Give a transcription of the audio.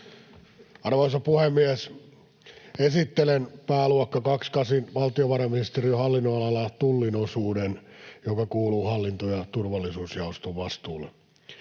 Arvoisa puhemies! Esittelen pääluokka 28:n valtiovarainministeriön hallinnonalalla Tullin osuuden, joka kuuluu hallinto‑ ja turvallisuusjaoston vastuulle.